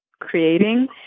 creating